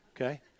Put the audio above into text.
okay